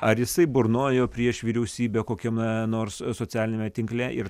ar jisai burnojo prieš vyriausybę kokiame nors socialiniame tinkle ir